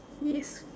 yes